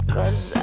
Cause